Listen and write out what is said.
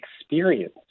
experience